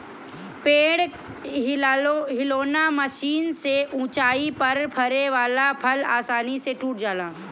पेड़ हिलौना मशीन से ऊंचाई पर फरे वाला फल आसानी से टूट जाला